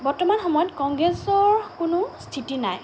বৰ্তমান সময়ত কংগ্ৰেছৰ কোনো স্থিতি নাই